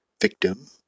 victim